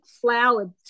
flowered